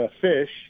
fish